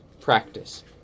practice